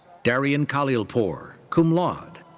darian khalilpour, cum laude.